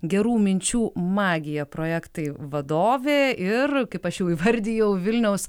gerų minčių magija projektai vadovė ir kaip aš jau įvardijau vilniaus